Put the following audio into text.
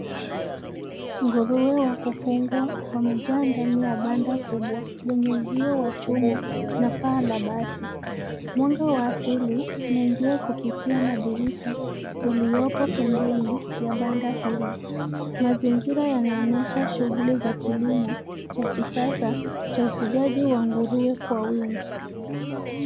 Nguruwe wa kufugwa, wamejaa ndani ya banda kubwa, lenye uzio wa chuma, na paa la bati, mwanga wa asili, unaingia kupitia madirisha, yaliyopo pembeni, ya banda hili, mazingira yanaonyesha shughuli za kilimo, cha kisasa, cha ufugaji wa nguruwe kwa wingi.